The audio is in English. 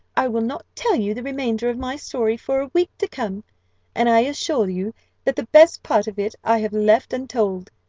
i will not tell you the remainder of my story for a week to come and i assure you that the best part of it i have left untold.